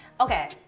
Okay